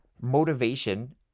motivation